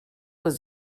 was